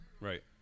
Right